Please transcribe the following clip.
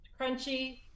Crunchy